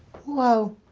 whoa.